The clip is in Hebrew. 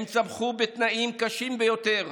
הם צמחו בתנאים קשים ביותר,